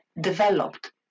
developed